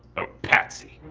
a patsy,